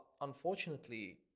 unfortunately